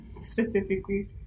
specifically